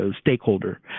stakeholder